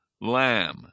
Lamb